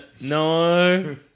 no